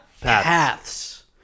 Paths